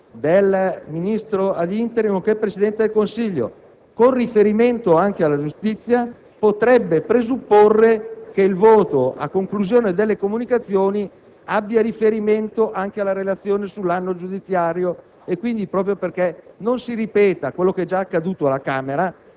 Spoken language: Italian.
del Ministro *ad* *interim* nonché Presidente del Consiglio con riferimento anche alla giustizia potrebbe presupporre che il voto a conclusione delle comunicazioni abbia riferimento anche alla relazione sull'anno giudiziario. Quindi, proprio per evitare che si ripeta quanto è già accaduto alla Camera